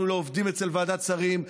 אנחנו לא עובדים אצל ועדת שרים,